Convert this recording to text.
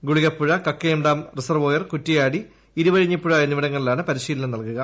ഗുളിക്പ്പുഴ Kakkayam dam reservoir Kuttiadi Iruvazhinjippuzha ് എന്നിവിടങ്ങളിലാണ് പരിശീലനം നല്കുക